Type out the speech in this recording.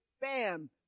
bam